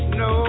no